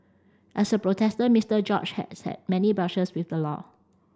as a protester Mister George has had many brushes with the law